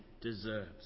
deserves